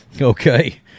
Okay